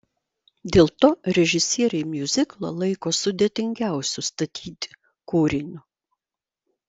dėl to režisieriai miuziklą laiko sudėtingiausiu statyti kūriniu